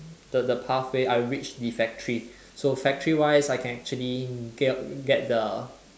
the the pathway I would reach the factory so factory wise I can actually get the